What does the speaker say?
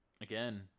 again